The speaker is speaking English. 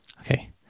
Okay